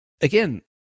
again